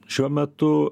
šiuo metu